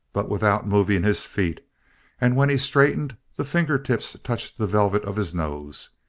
but without moving his feet and when he straightened the finger tips touched the velvet of his nose.